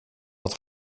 het